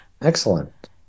excellent